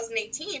2018